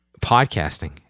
Podcasting